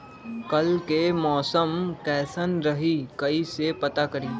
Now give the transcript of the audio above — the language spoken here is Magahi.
कल के मौसम कैसन रही कई से पता करी?